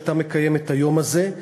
שאתה מקיים את היום הזה.